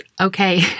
Okay